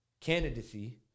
candidacy